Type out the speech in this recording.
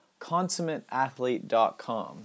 consummateathlete.com